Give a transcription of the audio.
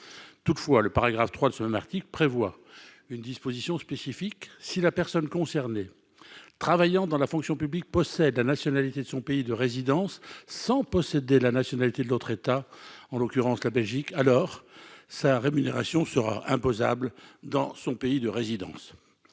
toutefois le paragraphe 3 de ce même article prévoit une disposition spécifique, si la personne concernée, travaillant dans la fonction publique possède la nationalité de son pays de résidence sans posséder la nationalité de l'autre État, en l'occurrence la Belgique alors sa rémunération sera imposable dans son pays de résidence